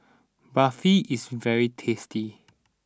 Barfi is very tasty